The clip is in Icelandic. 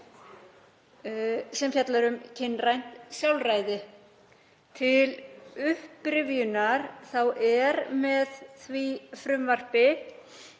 sem fjallar um kynrænt sjálfræði. Til upprifjunar þá eru með því frumvarpi